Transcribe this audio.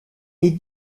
est